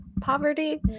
poverty